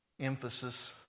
emphasis